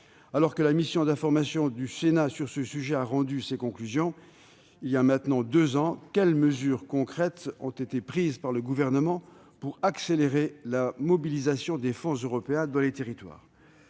alors que la mission d'information du Sénat sur ce sujet a rendu ses conclusions voilà maintenant deux ans, quelles mesures concrètes le Gouvernement a-t-il prises pour accélérer la mobilisation des fonds européens dans les territoires ?